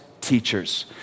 teachers